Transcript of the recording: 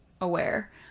aware